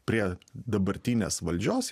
prie dabartinės valdžios